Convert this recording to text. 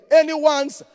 anyone's